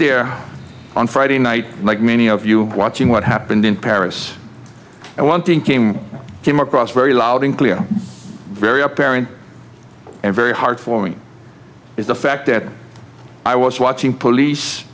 there on friday night like many of you watching what happened in paris and wanting came came across very loud and clear very apparent and very hard for me is the fact that i was watching police